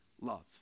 love